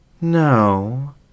No